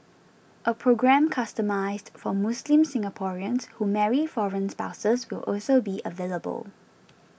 a programme customised for Muslim Singaporeans who marry foreign spouses will also be available